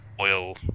oil